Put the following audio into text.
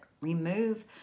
remove